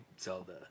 Zelda